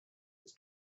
has